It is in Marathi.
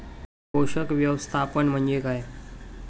पोषक व्यवस्थापन म्हणजे काय?